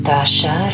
Dasha